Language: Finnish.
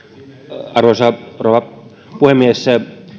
arvoisa rouva puhemies